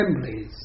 assemblies